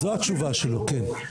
זו התשובה שלו, כן.